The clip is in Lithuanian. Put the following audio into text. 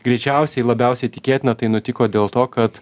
greičiausiai labiausiai tikėtina tai nutiko dėl to kad